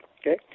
Okay